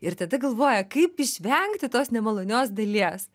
ir tada galvoja kaip išvengti tos nemalonios dalies